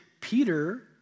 Peter